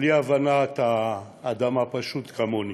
בלי הבנת האדם הפשוט, כמוני.